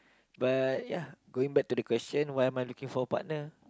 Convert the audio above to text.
but ya going back to the question why am I looking for a partner